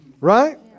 right